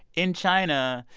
in china.